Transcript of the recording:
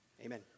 amen